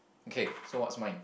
okay so what's mine